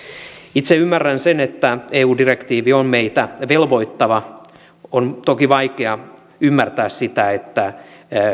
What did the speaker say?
itse ymmärrän sen että eu direktiivi on meitä velvoittava on toki vaikea ymmärtää sitä että